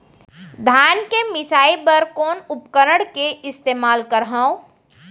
धान के मिसाई बर कोन उपकरण के इस्तेमाल करहव?